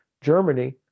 Germany